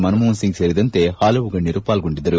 ಮನಮೋಹನ್ ಸಿಂಗ್ ಸೇರಿದಂತೆ ಹಲವು ಗಣ್ಯರು ಪಾಲ್ಗೊಂಡಿದ್ದರು